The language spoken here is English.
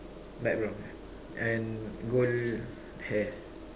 light brown and gold hair